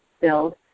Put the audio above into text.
build